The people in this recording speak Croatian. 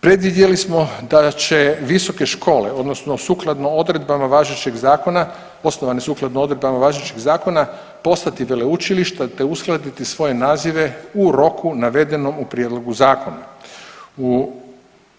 Predvidjeli smo da će visoke škole odnosno sukladno odredbama važećeg zakona osnovane sukladno odredbama važećeg zakona postati veleučilišta te uskladiti svoje nazive u roku navedenom u prijedlogu zakona U